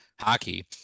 hockey